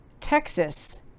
Texas